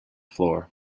floor